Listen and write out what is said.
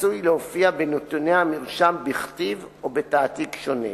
עשוי להופיע בנתוני המרשם בכתיב או בתעתיק שונה.